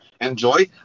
enjoy